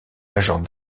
agents